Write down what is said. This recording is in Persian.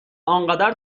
آنقدر